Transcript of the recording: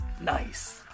nice